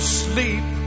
sleep